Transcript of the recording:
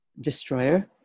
destroyer